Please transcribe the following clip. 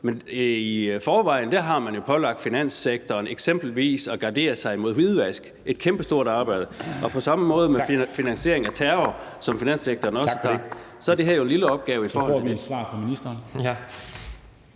Men i forvejen har man jo pålagt finanssektoren eksempelvis at gardere sig imod hvidvask, og det er et kæmpestort arbejde, og det er på samme måde med finansieringen af terror, som finanssektoren også skal gardere sig imod. Det her er jo så en lille opgave i forhold til det. Kl. 10:16 Formanden